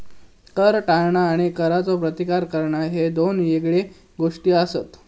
कर टाळणा आणि करचो प्रतिकार करणा ह्ये दोन येगळे गोष्टी आसत